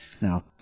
Now